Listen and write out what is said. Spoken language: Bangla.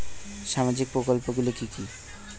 সামাজিক প্রকল্প গুলি কি কি?